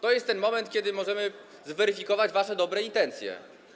To jest ten moment, kiedy możemy zweryfikować wasze dobre intencje.